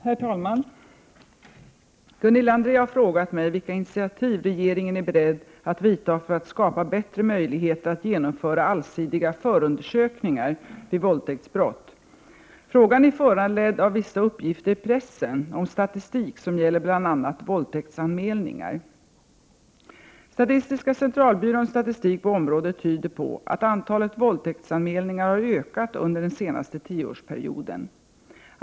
Herr talman! Gunilla André har frågat mig vilka initiativ regeringen är beredd att vidta för att skapa bättre möjlighet att genomföra allsidiga förundersökningar vid våldtäktsbrott. Frågan är föranledd av vissa uppgifter i pressen om statistik som gäller bl.a. våldtäktsanmälningar. Statistiska centralbyråns statistik på området tyder på att antalet våldtäktsanmälningar har ökat under den senaste tioårsperioden.